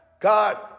God